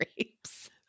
grapes